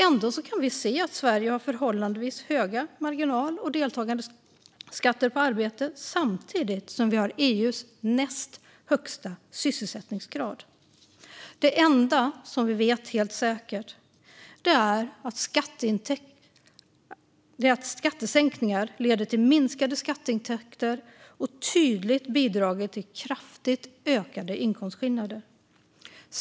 Ändå kan vi se att Sverige har förhållandevis höga marginal och deltagandeskatter på arbete samtidigt som vi har EU:s näst högsta sysselsättningsgrad. Det enda som är helt säkert är att skattesänkningar leder till minskade skatteintäkter och att de tydligt har bidragit till kraftigt ökade inkomstskillnader.